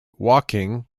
woking